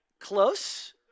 Close